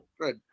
Good